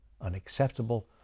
unacceptable